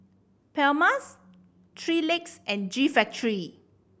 Palmer's Three Legs and G Factory